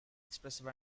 expressive